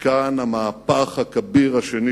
מכאן המהפך הכביר השני